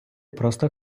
просто